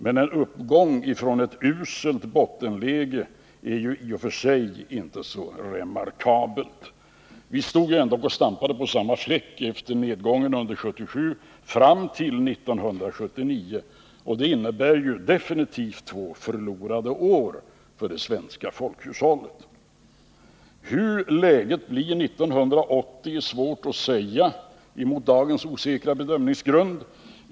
Men en uppgång från ett uselt bottenläge är i och för sig inte så remarkabelt. Vi stod dock och stampade på samma fläck efter nedgången under 1977 fram till 1979, och det innebär två definitivt förlorade år för det svenska folkhushållet. Hur läget blir 1980 är svårt att säga med hänsyn till dagens osäkra bedömningsgrund.